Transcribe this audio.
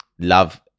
Love